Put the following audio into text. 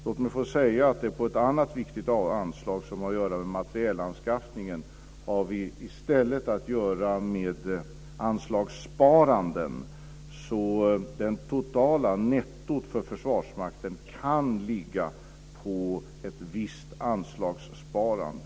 Låt mig få säga att på ett annat viktigt anslag, nämligen materielanskaffningen, har vi i stället anslagssparanden. Det totala nettot för Försvarsmakten kan ligga på ett visst anslagssparande.